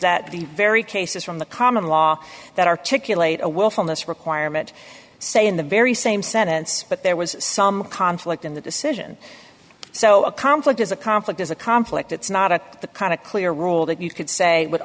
that the very cases from the common law that articulate a willfulness requirement say in the very same sentence but there was some conflict in the decision so a conflict as a conflict is a conflict it's not a the kind of clear rule that you could say would